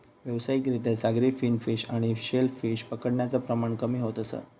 व्यावसायिक रित्या सागरी फिन फिश आणि शेल फिश पकडण्याचा प्रमाण कमी होत असा